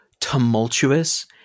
tumultuous